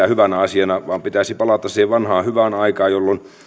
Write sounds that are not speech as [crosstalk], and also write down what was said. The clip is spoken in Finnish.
[unintelligible] hyvänä asiana vaan pitäisi palata siihen vanhaan hyvään aikaan jolloin